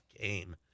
game